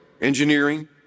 engineering